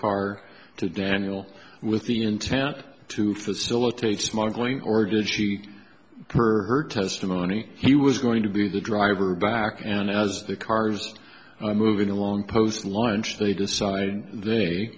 car to daniel with the intent to facilitate smuggling or give her testimony he was going to be the driver back and as the cars moving along post launch they decided they